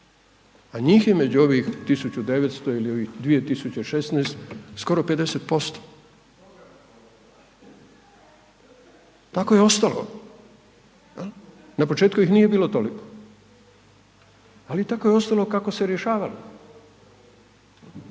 A njih je među ovih 1900 ili ovih 2016. skoro 50%. Tako je ostalo. Na početku ih nije bilo toliko, ali tako je ostalo kako se je rješavalo.